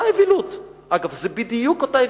זו אותה אווילות.